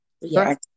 Yes